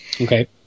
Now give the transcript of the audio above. Okay